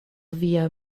via